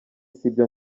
sibyo